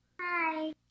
Hi